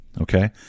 Okay